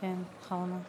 א-רחמאן א-רחים.